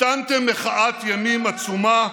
הקטנתם מחאת ימין עצומה,